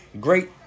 Great